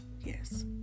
yes